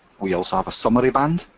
we also have a summary band,